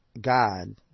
God